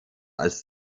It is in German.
als